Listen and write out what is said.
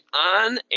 on